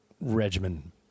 regimen